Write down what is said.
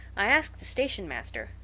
i asked the station-master.